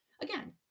Again